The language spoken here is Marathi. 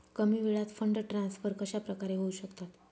कमी वेळात फंड ट्रान्सफर कशाप्रकारे होऊ शकतात?